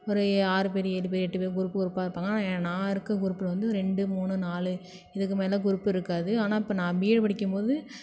ஒரு ஆறு பேரு ஏலு பேர் எட்டு பேர் குரூப் குரூப்பாக இருப்பாங்க ஆனால் நான் இருக்க குரூப்பில் வந்து ரெண்டு மூணு நாலு இதுக்கு மேல குரூப் இருக்காது ஆனால் இப்போ நான் பிஏ படிக்கும்போது